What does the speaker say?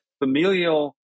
familial